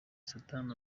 saddam